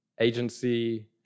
agency